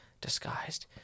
disguised